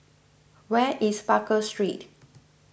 where is Baker Street